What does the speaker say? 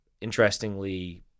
interestingly